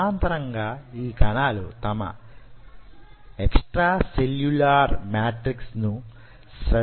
సమాంతరంగా యీ కణాలు తమ ఎక్స్ట్రా సెల్యులార్ మాట్రిక్స్ ను స్రవించడం ఆరంభిస్తాయి